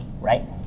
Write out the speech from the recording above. right